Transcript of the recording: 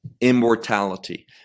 immortality